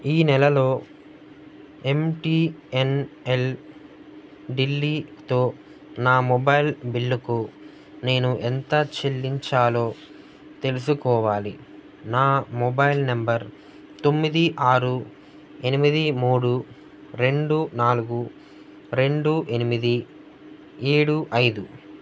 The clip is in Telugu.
ఈ నెలలో ఎమ్ టీ ఎన్ ఎల్ ఢిల్లీతో నా మొబైల్ బిల్లుకు నేను ఎంత చెల్లించాలో తెలుసుకోవాలి నా మొబైల్ నెంబర్ తొమ్మిది ఆరు ఎనిమిది మూడు రెండు నాలుగు రెండు ఎనిమిది ఏడు ఐదు